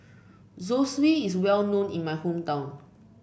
zosui is well known in my hometown